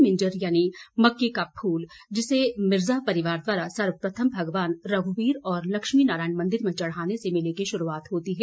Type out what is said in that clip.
मिजंर यानि मक्की का फूल जिसे मिर्जा परिवार द्वारा सर्वप्रथम भगवान रघुवीर और लक्ष्मी नारायण मंदिर में चढ़ाने से मेले की शुरूआत होती है